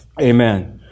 Amen